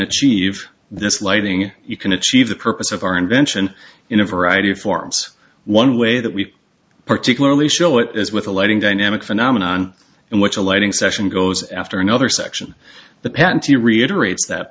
achieve this lighting you can achieve the purpose of our invention in a variety of forms one way that we particularly show it is with a lighting dynamic phenomenon in which a lighting session goes after another section the patentee reiterates that